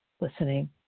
listening